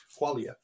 qualia